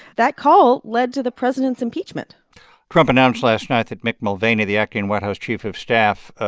that call led to the president's impeachment trump announced last night that mick mulvaney, the acting white house chief of staff,